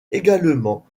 également